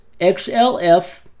XLF